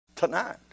tonight